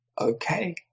okay